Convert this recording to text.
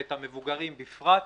ואת המבוגרים בפרט,